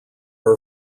are